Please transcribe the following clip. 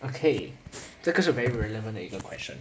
okay 这个是 very relevant 的一个 question